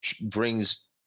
brings